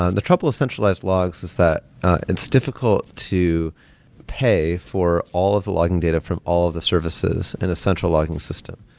ah and metropolis centralized logs is that it's difficult to pay for all of the logging data from all of the services in a central logging system.